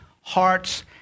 hearts